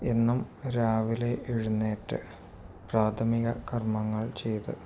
എന്നും രാവിലെ എഴുന്നേറ്റു പ്രാഥമിക കർമ്മങ്ങൾ ചെയ്ത്